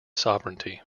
sovereignty